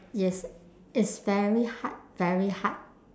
yes it's very hard very hard